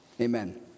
Amen